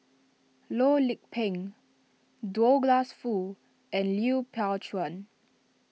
Loh Lik Peng Douglas Foo and Lui Pao Chuen